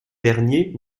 dernier